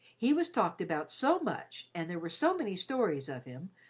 he was talked about so much and there were so many stories of him,